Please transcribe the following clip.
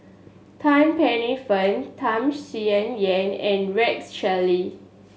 Tan Paey Fern Tham Sien Yen and Rex Shelley